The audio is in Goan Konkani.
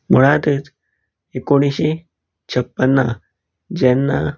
मुळांतच एकोणशें छप्पनांत जेन्ना